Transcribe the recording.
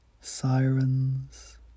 sirens